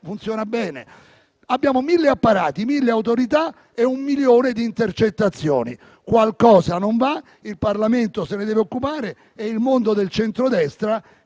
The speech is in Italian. funzioni bene. Abbiamo mille apparati, mille autorità e un milione di intercettazioni. Qualcosa non va e il Parlamento se ne deve occupare. Il mondo del centrodestra